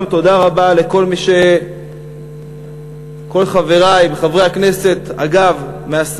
תודה רבה לכל חברי וחברי הכנסת מהשמאל,